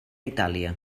itàlia